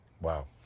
Wow